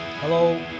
Hello